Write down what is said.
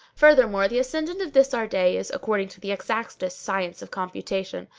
furthermore the ascendant of this our day is, according to the exactest science of computation,